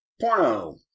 Porno